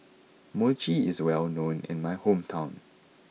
Mochi is well known in my hometown